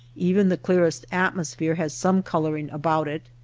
even the clearest atmosphere has some coloring about it.